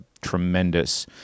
tremendous